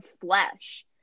flesh